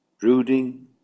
brooding